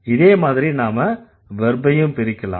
இதே மாதிரி நாம வெர்பையும் பிரிக்கலாம்